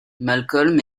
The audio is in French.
malcolm